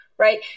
Right